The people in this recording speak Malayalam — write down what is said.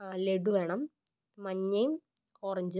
ലഡ്ഡു വേണം മഞ്ഞയും ഓറഞ്ചും